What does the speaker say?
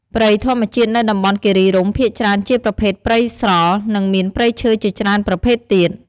ព្រៃធម្មជាតិនៅតំបន់គិរីរម្យ ភាគច្រើនជាប្រភេទព្រៃស្រល់ និងមានព្រៃឈើជាច្រើនប្រភេទទៀត។